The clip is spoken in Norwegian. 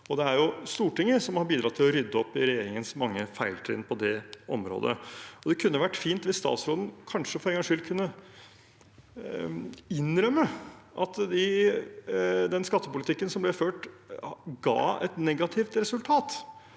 Stortinget som har bidratt til å rydde opp i regjeringens mange feiltrinn på det området. Det kunne vært fint hvis statsråden for en gangs skyld kunne innrømme at den skattepolitikken som ble ført, ga et negativt resultat,